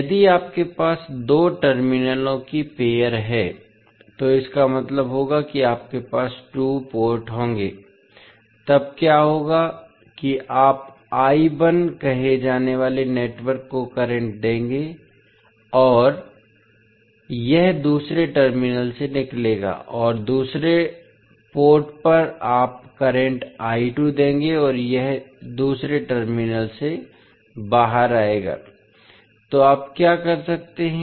यदि आपके पास दो टर्मिनलों की पेअर है तो इसका मतलब होगा कि आपके पास टू पोर्ट होंगे तब क्या होगा कि आप कहे जाने वाले नेटवर्क को करंट देंगे और यह दूसरे टर्मिनल से निकलेगा और दूसरे पोर्ट पर आप करंट देंगे और यह दूसरे टर्मिनल से बाहर आएगा तो आप क्या कर सकते हैं